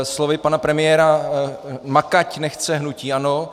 Slovy pana premiéra makať nechce hnutí ANO.